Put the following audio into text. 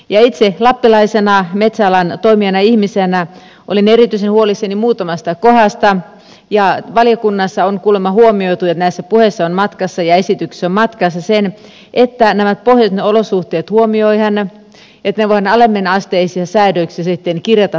itse lappilaisena metsäalan toimijana ja ihmisenä olin erityisen huolissani muutamasta kohdasta ja valiokunnassa on tämä kuulemma huomioitu ja näissä puheissa on matkassa ja esityksissä on matkassa se että nämä pohjoisen olosuhteet huomioidaan että ne voidaan alemmanasteisin säädöksin sitten kirjata tarkemmin